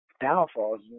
downfalls